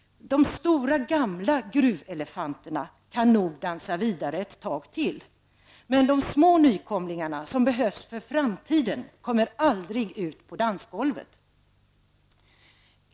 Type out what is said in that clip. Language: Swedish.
De stora, gamla gruvelefanterna kan nog dansa vidare ett tag till, men de små nykomlingarna som behövs för framtiden kommer aldrig ut på dansgolvet.